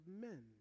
men